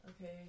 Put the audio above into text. okay